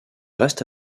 reste